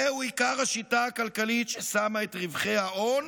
זהו עיקר השיטה הכלכלית ששמה את רווחי ההון